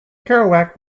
kerouac